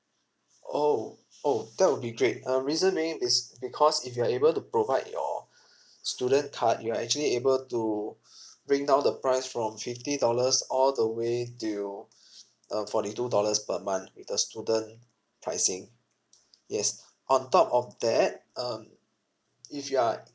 oh oh that will be great uh reason being is because if you are able to provide your student card you're actually able to bring down the price from fifty dollars all the way till uh forty two dollars per month with the student pricing yes on top of that um if you're